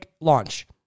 launch